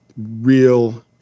real